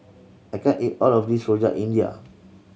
I can't eat all of this Rojak India